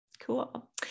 cool